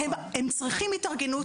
הם צריכים התארגנו,